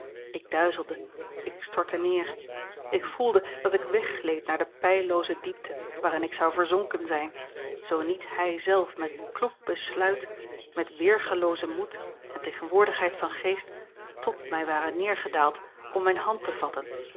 ik duizelde ik stortte neer ik voelde dat ik weggleed naar de peillooze diepte waarin ik zou verzonken zijn zoo niet hij zelf met kloek besluit met weergaloozen moed en tegenwoordigheid van geest tt mij ware neergedaald om mijne hand te vatten